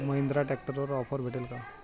महिंद्रा ट्रॅक्टरवर ऑफर भेटेल का?